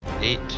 Eight